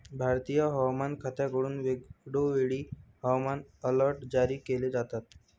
भारतीय हवामान खात्याकडून वेळोवेळी हवामान अलर्ट जारी केले जातात